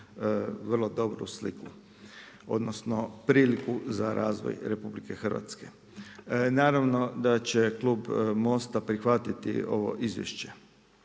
vrlo dobru sliku odnosno priliku za razvoj RH. Naravno da će klub Most-a prihvatiti ovo izvješće.